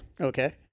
Okay